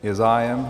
Je zájem?